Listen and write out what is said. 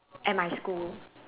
at my school